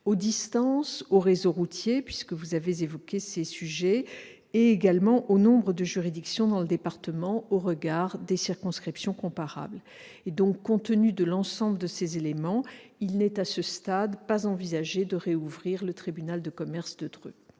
aux distances, au réseau routier, puisque vous évoquiez ces sujets, et également au nombre de juridictions dans le département au regard des circonscriptions comparables. Compte tenu de l'ensemble de ces éléments, il n'est pas envisagé, à ce stade, de rouvrir le tribunal de commerce de Dreux.